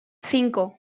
cinco